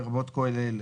לרבות כל אלה: